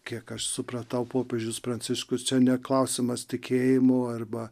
kiek aš supratau popiežius pranciškus čia neklausiamas tikėjimo arba